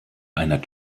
einer